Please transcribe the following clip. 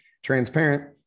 transparent